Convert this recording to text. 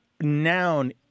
noun